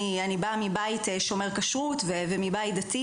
אני באה מבית שומר כשרות ומבית דתי